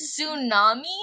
tsunami